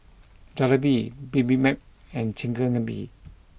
Jalebi Bibimbap and Chigenabe